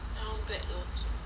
she also very happy mah